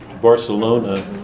Barcelona